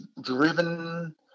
driven